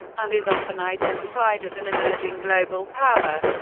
and is often identified as an emerging global power.